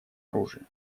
оружия